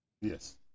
Yes